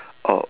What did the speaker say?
orh